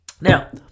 Now